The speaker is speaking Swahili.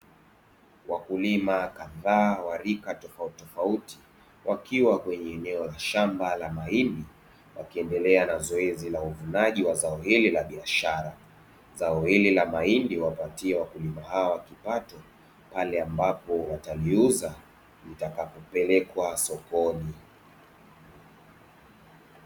Wakulima kadhaa wa rika tofauti wakiwa kwenye eneo la shamba la mahindi wakiendelea na zoezi la uvunaji wa zao hili la biashara. Zao hili la mahindi huwapatia wakulima hawa kipato pale ambapo wataviuza itakapopelekwa sokoni.